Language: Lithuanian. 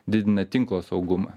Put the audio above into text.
didina tinklo saugumą